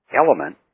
element